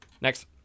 Next